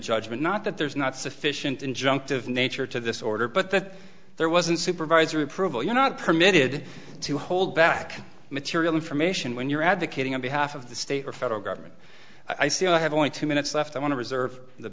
judgment not that there's not sufficient injunctive nature to this order but that there wasn't supervisory approval you're not permitted to hold back material information when you're advocating on behalf of the state or federal government i see i have only two minutes left i want to reserve the